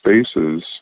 spaces